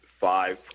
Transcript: five